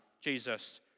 Jesus